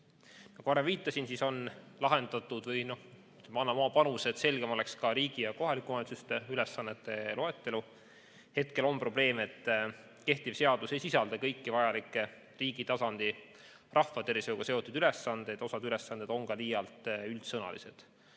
varem viitasin, me anname oma panuse, et selgem oleks ka riigi ja kohalike omavalitsuste ülesannete loetelu. Hetkel on probleem, et kehtiv seadus ei sisalda kõiki vajalikke, riigi tasandi rahvatervishoiuga seotud ülesandeid, osa ülesandeid on ka liialt üldsõnalised,